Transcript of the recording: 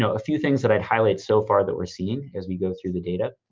a few things that i'd highlight so far that we're seeing as we go through the data.